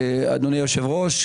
אדוני היושב ראש,